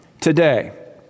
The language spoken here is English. today